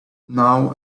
now